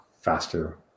faster